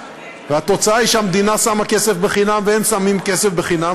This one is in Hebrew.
והתוצאה היא שהמדינה שמה כסף חינם והם שמים כסף חינם,